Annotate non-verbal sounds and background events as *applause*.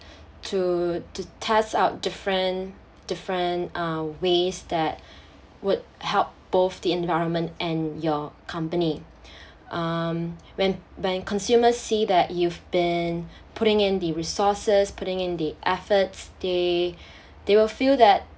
to to test out different different uh ways that *breath* would help both the environment and your company *breath* um when when consumers see that you've been putting in the resources putting in the efforts they *breath* they will feel that